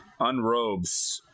unrobes